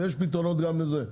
ויש פתרונות גם לזה.